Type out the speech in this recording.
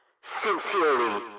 Sincerely